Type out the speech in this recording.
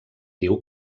diu